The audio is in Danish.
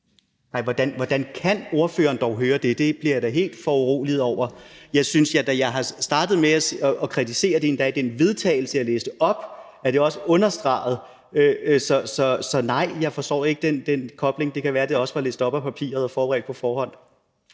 hvordan kan ordføreren dog høre det? Det bliver jeg da helt foruroliget over. Jeg synes da, at jeg startede med at kritisere det, og det blev endda også understreget i det forslag til vedtagelse, jeg læste op. Så nej, jeg forstår ikke den kobling. Det kan være, at spørgsmålet også var læst op fra papiret og forberedt på forhånd.